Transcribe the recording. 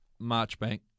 Marchbank